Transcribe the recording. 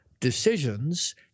decisions